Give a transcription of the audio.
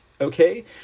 okay